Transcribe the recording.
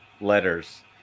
letters